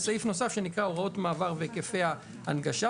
זה סעיף נוסף שנקרא הוראות מעבר והיקפי ההנגשה,